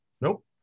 nope